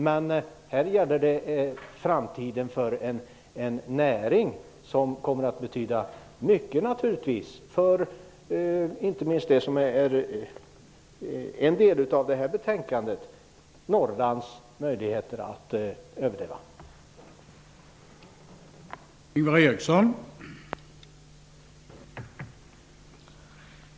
Det gäller framtiden för en näring som naturligtvis kommer att betyda mycket, inte minst för Norrlands möjligheter att överleva. Det tas också upp i detta betänkande.